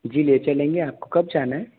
जी ले चलेंगे आपको कब जाना हैं